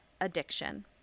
addiction